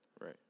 right